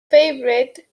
favorite